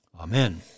Amen